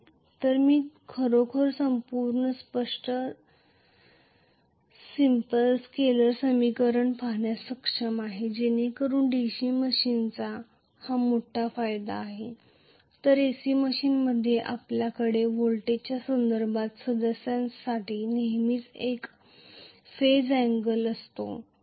तर मी खरोखर संपूर्ण गोष्ट सिंपल स्केलर समीकरण पाहण्यास सक्षम आहे जेणेकरून DC मशीन्सचा हा मोठा फायदा आहे तर AC मशीनमध्ये आपल्याकडे व्होल्टेजच्या संदर्भात सद्यस्थितीसाठी नेहमीच एक फेज अँगल असतो